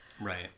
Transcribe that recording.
Right